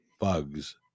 bugs